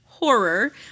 horror